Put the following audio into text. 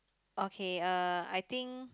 okay uh I think